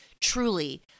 truly